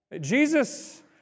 Jesus